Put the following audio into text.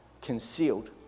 concealed